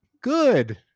good